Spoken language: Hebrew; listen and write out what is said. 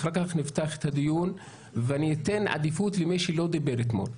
אחר כך נפתח את הדיון ואני אתן עדיפות למי שלא דיבר אתמול.